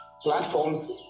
platforms